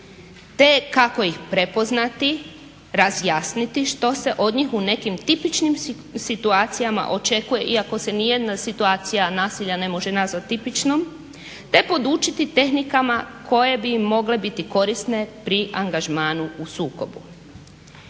te kako ih prepoznati, razjasniti što se od njih u nekim tipičnim situacijama očekuje iako se nijedna situacija nasilja ne može nazvat tipičnom te podučiti tehnikama koje bi im mogle biti korisne pri angažmanu u sukobu.